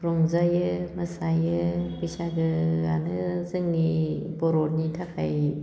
रंजायो मोसायो बैसागोआनो जोंनि बर'नि थाखाय